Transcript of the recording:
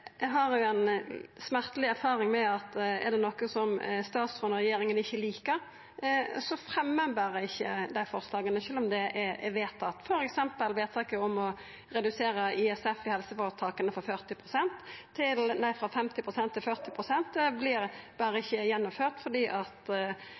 har eg ei smerteleg erfaring med at er det noko som statsråden og regjeringa ikkje likar, fremjar ein berre ikkje dei forslaga, sjølv om dei er vedtatt, f.eks. vedtaket om å redusera ISF i helseføretaka frå 50 pst. til 40 pst. Det vert berre ikkje gjennomført fordi regjeringa er ueinig. Spørsmålet mitt er: Når det